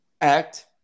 act